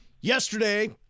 Yesterday